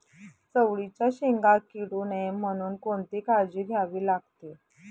चवळीच्या शेंगा किडू नये म्हणून कोणती काळजी घ्यावी लागते?